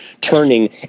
turning